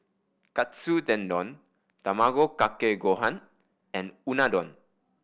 Katsu Tendon Tamago Kake Gohan and Unadon